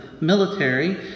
military